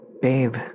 Babe